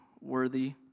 worthy